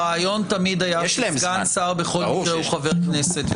הרעיון תמיד היה שסגן שר בכל מקרה הוא חבר כנסת,